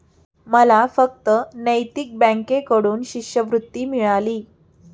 मला फक्त नैतिक बँकेकडून शिष्यवृत्ती मिळाली